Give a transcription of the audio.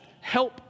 help